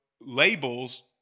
labels